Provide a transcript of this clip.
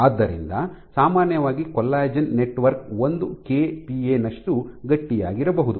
ಆದ್ದರಿಂದ ಸಾಮಾನ್ಯವಾಗಿ collagen network ಒಂದು ಕೆಪಿಎ ನಷ್ಟು ಗಟ್ಟಿಯಾಗಿರಬಹುದು